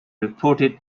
reported